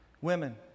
Women